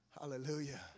Hallelujah